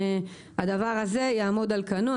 והדבר הזה יעמוד על כנו.